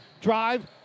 Drive